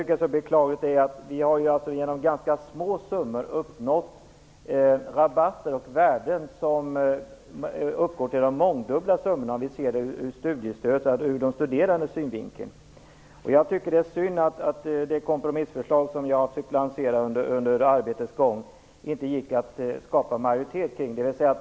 Vi har ju genom ganska små summor uppnått rabatter och värden som uppgått till mångdubbla summor, sett ur de studerandes synvinkel. Jag tycker att det är synd att det inte gick att skapa majoritet för det kompromissförslag som jag försökte lansera under arbetets gång.